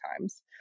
times